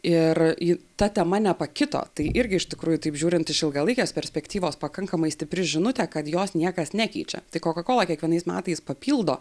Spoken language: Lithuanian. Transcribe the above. ir ji ta tema nepakito tai irgi iš tikrųjų taip žiūrint iš ilgalaikės perspektyvos pakankamai stipri žinutė kad jos niekas nekeičia tai koka kola kiekvienais metais papildo